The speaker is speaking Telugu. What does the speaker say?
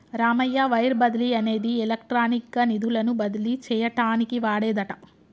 రామయ్య వైర్ బదిలీ అనేది ఎలక్ట్రానిక్ గా నిధులను బదిలీ చేయటానికి వాడేదట